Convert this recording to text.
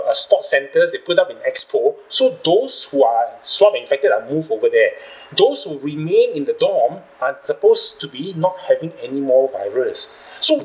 uh sports centres they put up in expo so those who are swabbed infected are moved over there those who remain in the dorm aren't supposed to be not having anymore virus so